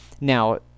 Now